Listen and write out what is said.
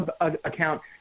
account